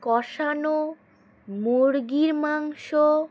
কষানো মুরগির মাংস